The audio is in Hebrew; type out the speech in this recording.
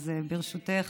אז ברשותך.